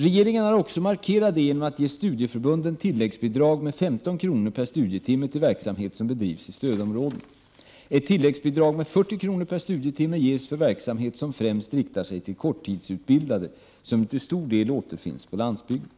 Regeringen har också markerat detta genom att ge studieförbunden tilläggsbidrag med 15 kronor per studietimme till verksamhet som bedrivs i stödområdena. Ett tilläggsbidrag med 40 kronor per studietimme ges för verksamhet som främst riktar sig till korttidsutbildade, som ju till stor del återfinns på landsbygden.